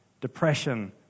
depression